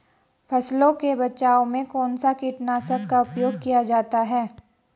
फसलों के बचाव में कौनसा कीटनाशक का उपयोग किया जाता है?